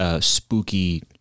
Spooky